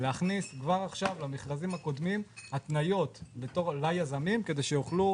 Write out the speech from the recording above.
אנחנו רוצים להכניס התניות ליזמים כדי שיוכלו